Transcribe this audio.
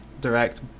direct